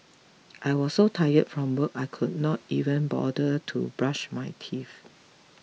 I was so tired from work I could not even bother to brush my teeth